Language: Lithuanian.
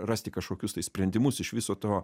rasti kažkokius tai sprendimus iš viso to